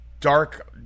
dark